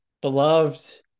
beloved